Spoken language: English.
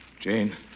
Jane